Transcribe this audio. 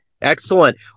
Excellent